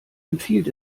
empfiehlt